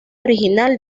original